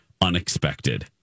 unexpected